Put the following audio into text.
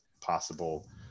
possible